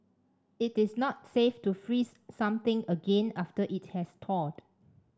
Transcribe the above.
it is not safe to freeze something again after it has thawed